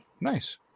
Nice